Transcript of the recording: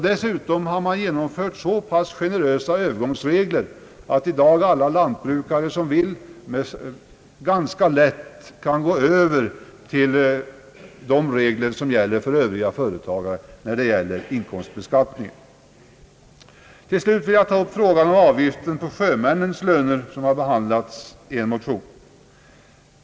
Dessutom har man genomfört så pass generösa övergångsregler att alla lantbrukare som så vill ganska lätt kan gå över till de regler för inkomstbeskattningen som gäller för Övriga företagare. Till slut vill jag ta upp frågan om avgift på sjömännens löner — frågan har behandlats i motioner.